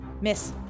Miss